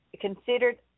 considered